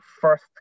first